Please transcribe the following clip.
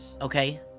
Okay